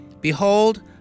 Behold